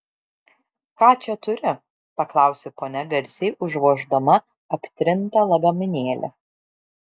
ką čia turi paklausė ponia garsiai užvoždama aptrintą lagaminėlį